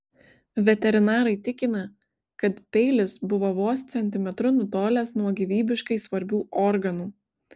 veterinarai tikina kad peilis buvo vos centimetru nutolęs nuo gyvybiškai svarbių organų